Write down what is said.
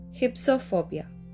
Hypsophobia